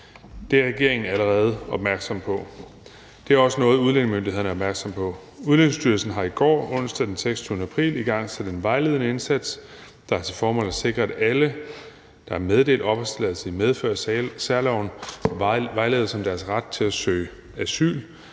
Det er regeringen allerede opmærksom på. Det er også noget, udlændingemyndighederne er opmærksomme på. Udlændingestyrelsen har i går, onsdag den 26. april, igangsat en vejledende indsats, der har til formål at sikre, at alle, der er meddelt opholdstilladelse i medfør af særloven, vejledes om deres ret til at søge